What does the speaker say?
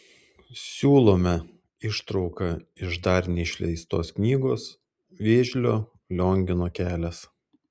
siūlome ištrauką iš dar neišleistos knygos vėžlio liongino kelias